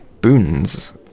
boons